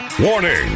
WARNING